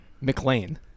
McLean